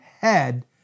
head